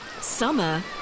Summer